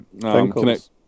connect